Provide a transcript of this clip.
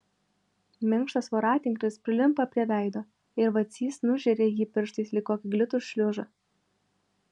minkštas voratinklis prilimpa prie veido ir vacys nužeria jį pirštais lyg kokį glitų šliužą